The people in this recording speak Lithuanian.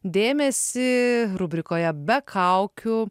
dėmesį rubrikoje be kaukių